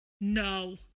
No